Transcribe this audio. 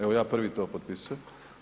Evo, ja prvi to potpisujem.